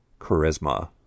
charisma